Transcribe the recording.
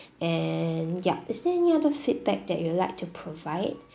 and yup is there any other feedback that you'd like to provide